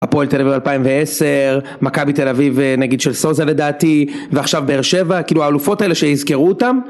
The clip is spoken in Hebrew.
הפועל תל אביב 2010, מכבי בתל אביב נגיד של סוזה לדעתי, ועכשיו באר שבע, כאילו האלופות האלה שיזכרו אותם